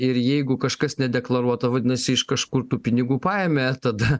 ir jeigu kažkas nedeklaruota vadinasi iš kažkur tų pinigų paėmė tada